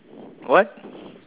what